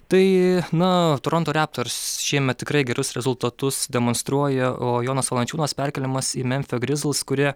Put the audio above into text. tai na toronto reptors šiemet tikrai gerus rezultatus demonstruoja o jonas valančiūnas perkeliamas į memfio grizlis kurie